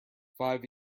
five